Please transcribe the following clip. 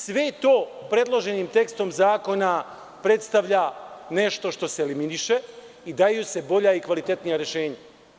Sve to predloženim tekstom zakona predstavlja nešto što se eliminiše i daju se bolja i kvalitetnija rešenja.